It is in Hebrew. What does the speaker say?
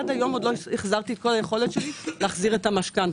עד היום עוד לא החזרתי את כל היכולת שלי להחזיר את המשכנתה.